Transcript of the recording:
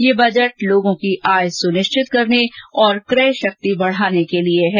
यह बजट लोगों की आय सुनिश्चित करने और कय शक्ति बढाने के लिए है